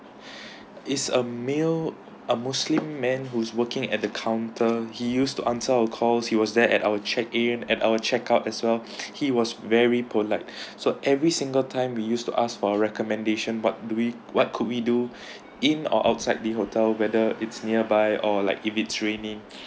is a male a muslim man who's working at the counter he used to answer our calls he was there at our check in at our check out as well he was very polite so every single time we used to ask for recommendations what do we what could we do in or outside the hotel whether it's nearby or like if it's raining